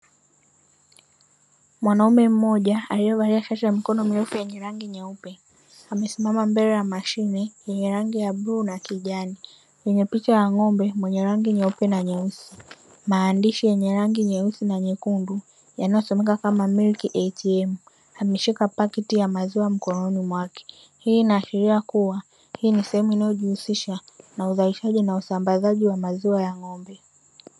Mwanaume mmoja aliyevalia shati la mikono mirefu lenye rangi nyeupe amesimama mbele ya mashine yenye rangi ya bluu na kijani. Yenye picha ya ng'ombe mwenye rangi nyeupe na nyeusi. Maandishi yenye rangi nyeusi na nyekundu yanayosomeka kama "Milk ATM". Ameishika paketi ya maziwa mkononi mwake. Hii inaashiria kuwa hii ni sehemu inayojihusisha na uzalishaji na usambazaji wa maziwa ya ng'ombe.